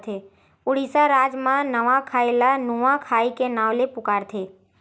उड़ीसा राज म नवाखाई ल नुआखाई के नाव ले पुकारथे